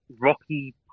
rocky